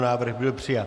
Návrh byl přijat.